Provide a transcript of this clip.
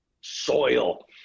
soil